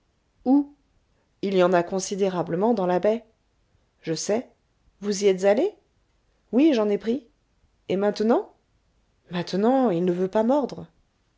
où il y en a considérablement dans la baie je sais vous y êtes allé oui j'en ai pris et maintenant maintenant il ne veut pas mordre